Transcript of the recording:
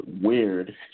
weird